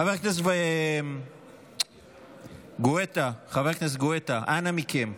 חבר הכנסת גואטה, אנא מכם.